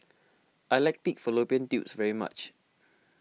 I like Pig Fallopian Tubes very much